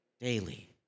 Daily